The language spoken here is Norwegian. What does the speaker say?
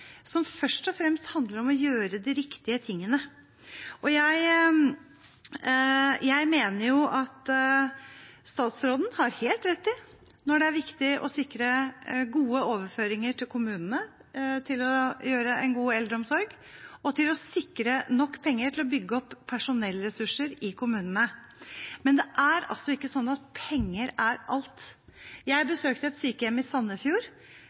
som først og fremst handler om å gjøre de riktige tingene. Jeg mener at statsråden har helt rett i at det er viktig å sikre gode overføringer til kommunene for å få en god eldreomsorg, og at det er viktig å sikre nok penger til å bygge opp personellressurser i kommunene. Men penger er ikke alt. Jeg besøkte Nygård sykehjem i Sandefjord,